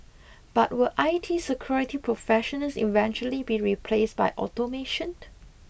but will I T security professionals eventually be replaced by automation